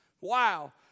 wow